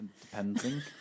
Depending